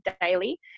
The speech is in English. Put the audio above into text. daily